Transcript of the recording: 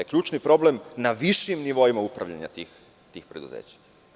Ključni problem na višim nivoima upravljanja tih preduzeća.